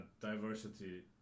diversity